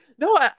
No